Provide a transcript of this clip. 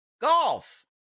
Golf